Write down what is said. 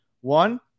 One